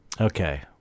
Okay